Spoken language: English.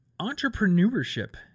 Entrepreneurship